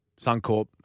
Suncorp